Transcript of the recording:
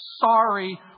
sorry